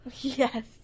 Yes